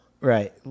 Right